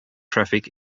traffic